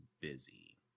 busy